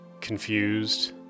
confused